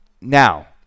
now